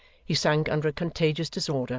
he sank under a contagious disorder,